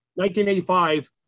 1985